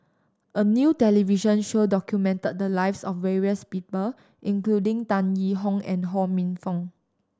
a new television show documented the lives of various people including Tan Yee Hong and Ho Minfong